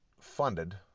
funded